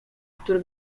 który